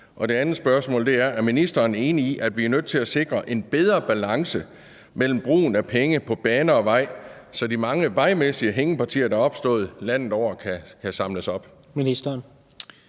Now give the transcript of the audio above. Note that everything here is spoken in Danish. Det andet spørgsmål er: Er ministeren enig i, at vi er nødt til at sikre en bedre balance mellem brugen af penge på bane og vej, så de mange vejmæssige hængepartier, der er opstået landet over, kan samles op?